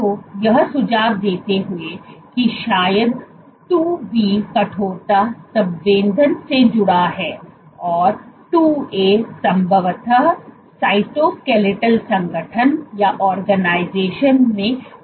तो यह सुझाव देते हुए कि शायद IIB कठोरता संवेदन से जुड़ा है और IIA संभवतः साइटोस्केलेटल संगठन में योगदान देता है